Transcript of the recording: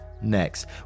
Next